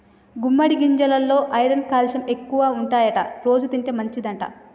గుమ్మడి గింజెలల్లో iron calcium ఎక్కువుంటాయట రోజు తింటే మంచిదంట